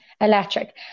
Electric